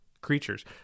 creatures